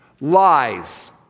Lies